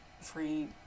Free